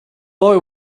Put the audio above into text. boy